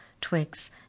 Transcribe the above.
twigs